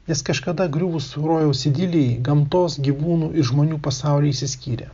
jis kažkada griuvus rojaus idilei gamtos gyvūnų ir žmonių pasauly išsiskyrė